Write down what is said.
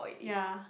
ya